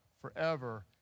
forever